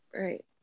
Right